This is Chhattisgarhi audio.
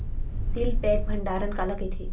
सील पैक भंडारण काला कइथे?